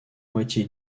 moitié